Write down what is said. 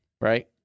right